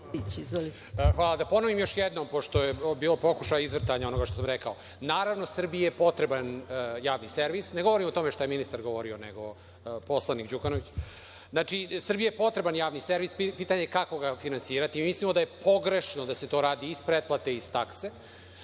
Hvala. Da ponovim još jednom, pošto je bio pokušaj izvrtanja onoga što sam rekao. Naravno, Srbiji je potreban Javni servis. Ne govorim o tome što je ministar govorio, nego poslanik Đukanović. Znači, Srbiji je potreban Javni servis. Pitanje je kako ga finansirati. Mislimo da je pogrešno da se to radi iz pretplate, iz takse.